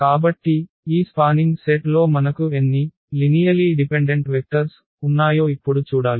కాబట్టి ఈ spanning set లో మనకు ఎన్ని సరళ స్వతంత్ర వెక్టర్స్ ఉన్నాయో ఇప్పుడు చూడాలి